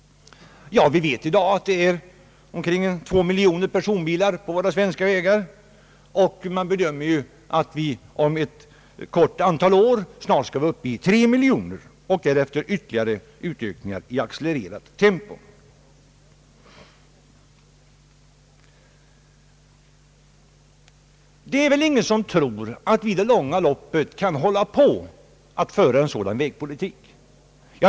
Vi vet att det i dag finns omkring två miljoner personbilar på våra svenska vägar. Det bedöms att vi inom ett litet antal år kommer att vara uppe i tre miljoner och att tempot i ökningarna därefter skall accelerera snabbt. Det är väl ingen som tror att vi i det långa loppet kan föra en sådan vägpolitik.